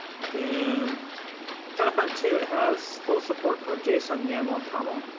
then kind of fun, too, it has full support for json, yaml, and toml.